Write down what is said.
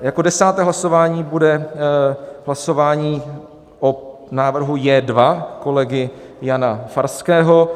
Jako 10. hlasování bude hlasování o návrhu J2 kolegy Jana Farského.